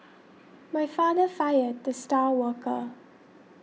my father fired the star worker